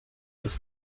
this